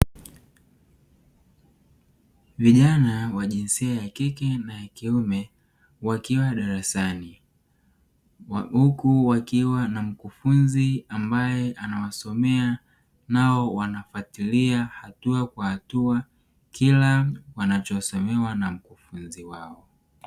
Vijana wa jinsia ya kike na ya kiume wakiwa darasani huku wakiwa na mkufunzi ambaye anawasomea nao wanafatilia hatua kwa hatua kila wanachosomewa na mkufunzi wao.